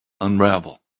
unravel